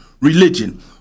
religion